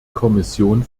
kommission